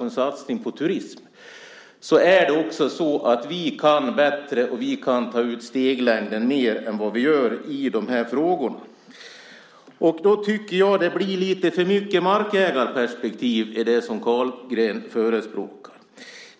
en satsning på turism kan vi bättre, och vi kan ta ut steglängden mer än vad vi gör i de här frågorna. Jag tycker att det blir lite för mycket markägarperspektiv i det som Carlgren förespråkar.